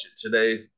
today